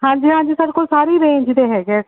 ਹਾਂਜੀ ਹਾਂਜੀ ਸਾਡੇ ਕੋਲ ਸਾਰੀ ਰੇਂਜ ਦੇ ਹੈਗੇ